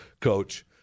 coach